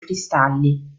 cristalli